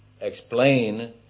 explain